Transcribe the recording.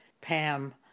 Pam